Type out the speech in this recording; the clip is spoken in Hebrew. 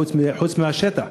חוץ מהשטח.